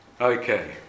Okay